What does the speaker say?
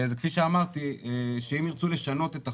אז כפי שאמרתי שאם ירצו לשנות את החוק,